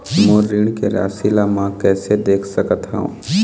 मोर ऋण के राशि ला म कैसे देख सकत हव?